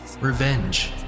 revenge